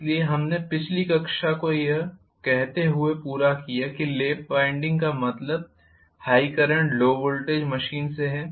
इसलिए हमने पिछली कक्षा को यह कहते हुए पूरा किया कि लैप वाइंडिंग का मतलब high current low voltage machine से है